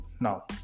now